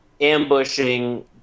ambushing